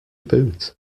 boot